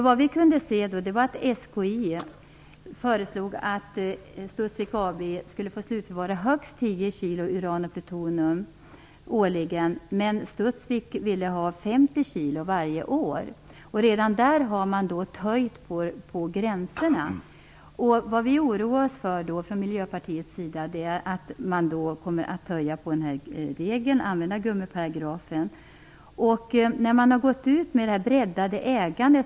Vad vi kunde få veta var att SKI föreslog att Studsvik AB skulle få slutförvara högst 10 kilo uran och plutonium årligen, men Studsvik ville ha 50 kilo varje år. Redan då har man töjt på gränserna. Vad vi oroas för från Miljöpartiets sida är att man kommer att töja på regeln, använda "gummiparagrafen". Man har talat om breddat ägande.